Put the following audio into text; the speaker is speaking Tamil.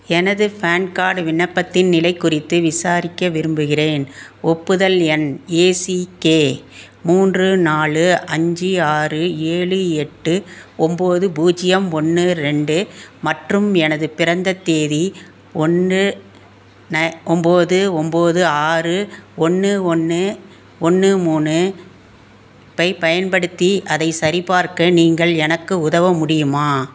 எனது பான் கார்டு விண்ணப்பத்தின் நிலை குறித்து விசாரிக்க விரும்புகிறேன் ஒப்புதல் எண் ஏசிகே மூன்று நாலு அஞ்சு ஆறு ஏழு எட்டு ஒம்பது பூஜ்ஜியம் ஒன்று ரெண்டு மற்றும் எனது பிறந்த தேதி ஒன்று ந ஒம்பது ஒம்பது ஆறு ஒன்று ஒன்று ஒன்று மூணு பை பயன்படுத்தி அதைச் சரிபார்க்க நீங்கள் எனக்கு உதவ முடியுமா